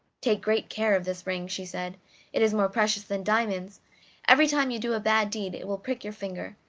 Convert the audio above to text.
take great care of this ring, she said it is more precious than diamonds every time you do a bad deed it will prick your finger,